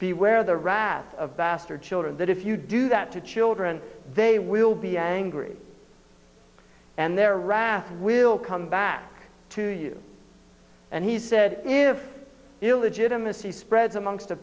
the where the wrath of bastard children that if you do that to children they will be angry and their wrath will come back to you and he said if illegitimacy spreads amongst the